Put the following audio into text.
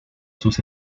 sus